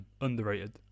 underrated